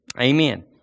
Amen